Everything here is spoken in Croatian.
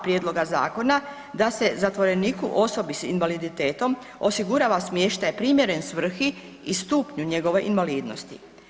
Prijedloga zakona da se zatvoreniku, osobi sa invaliditetom osigurava smještaj primjeren svrhi i stupnju njegove invalidnosti.